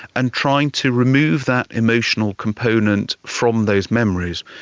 and trying to remove that emotional component from those memories,